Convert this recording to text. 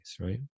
Right